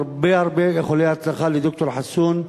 הרבה הרבה איחולי הצלחה לד"ר חסון,